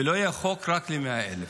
ולא יהיה חוק רק ל-100,000.